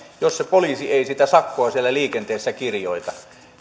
jos se poliisi ei sitä sakkoa siellä liikenteessä kirjoita